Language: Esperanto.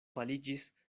paliĝis